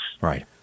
Right